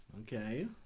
Okay